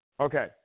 Okay